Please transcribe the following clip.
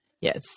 yes